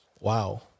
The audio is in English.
Wow